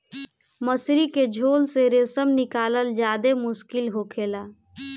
मकड़ी के झोल से रेशम निकालल ज्यादे मुश्किल होखेला